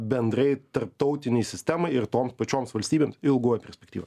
bendrai tarptautinei sistemai ir toms pačioms valstybėms ilgoj perspektyvoj